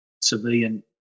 civilian